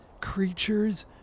creatures